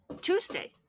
Tuesday